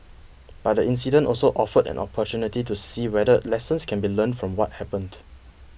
but the incident also offered an opportunity to see whether lessons can be learned from what happened